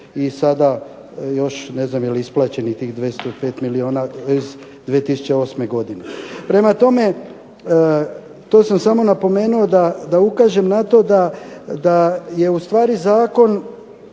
na žalost, ne znam je li isplaćenih tih 205 milijuna 2008. godine. Prema tome, to sam samo napomenuo da ukažem na to da je Zakon